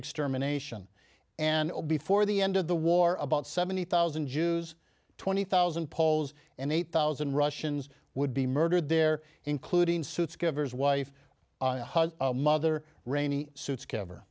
extermination and before the end of the war about seventy thousand jews twenty thousand poles and eight thousand russians would be murdered there including suits givers wife mother rainy suits cover